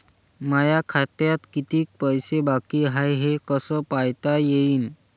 माया खात्यात कितीक पैसे बाकी हाय हे कस पायता येईन?